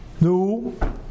No